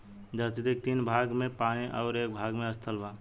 धरती के तीन भाग में पानी अउरी एक भाग में स्थल बा